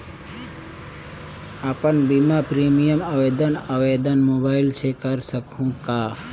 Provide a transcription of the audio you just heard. अपन बीमा प्रीमियम आवेदन आवेदन मोबाइल से कर सकहुं का?